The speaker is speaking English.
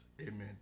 Amen